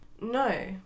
No